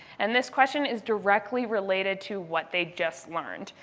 and this question is directly related to what they just learned.